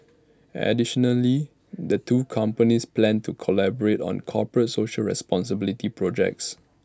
additionally the two companies plan to collaborate on corporate social responsibility projects